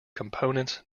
components